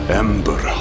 ember